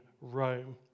Rome